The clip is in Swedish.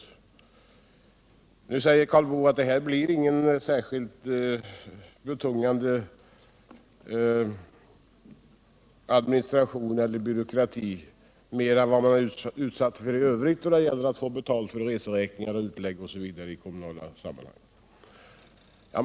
Karl Boo säger att det inte blir någon särskilt betungande administration eller byråkrati mer än vad man är utsatt för i övrigt då det gäller att få betalt för resor och utlägg i kommunala sammanhang.